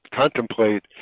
contemplate